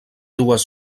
dues